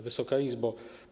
Wysoka Izbo!